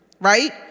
Right